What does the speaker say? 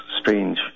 strange